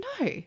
no